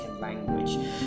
language